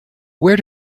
where